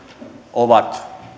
ovat